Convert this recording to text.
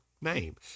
name